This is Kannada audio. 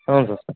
ಹೌದು